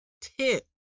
tip